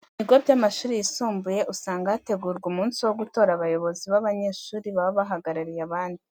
Mu bigo by'amashuri yisumbuye usanga hategurwa umunsi wo gutora abayobozi b'abanyeshuri baba bahagarariye abandi.